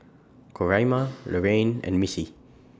Coraima Lorrayne and Missy